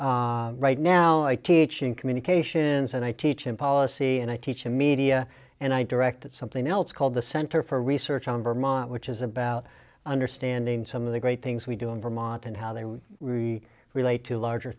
impacts right now i teach in communications and i teach in policy and i teach in media and i directed something else called the center for research on vermont which is about understanding some of the great things we do in vermont and how they would we relate to larger